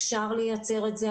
אפשר לייצר את זה.